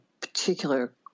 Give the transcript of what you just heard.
particular